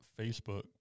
Facebook